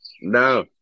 No